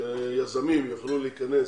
שיזמים יוכלו להגיש.